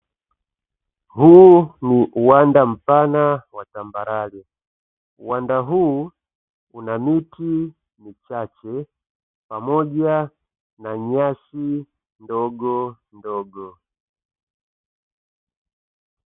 Huu ni uwanda mpana wa tambarare, uwanda huu una miti michache pamoja na nyasi ndogondogo.